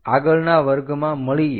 આગળના વર્ગમાં મળીએ